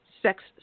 sex